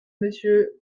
monsieur